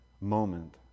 moment